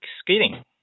skating